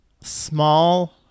small